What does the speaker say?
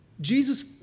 Jesus